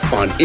on